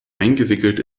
eingewickelt